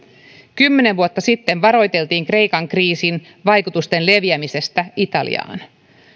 kymmenen vuotta sitten varoiteltiin kreikan kriisin vaikutusten leviämisestä italiaan